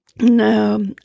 No